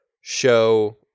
show